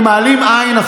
אני מעלים עין.